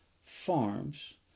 farms